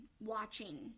watching